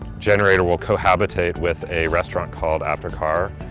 generator will cohabitate with a restaurant called aftercar.